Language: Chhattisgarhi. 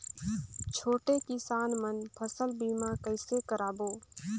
छोटे किसान मन फसल बीमा कइसे कराबो?